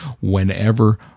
whenever